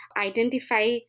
identify